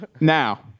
Now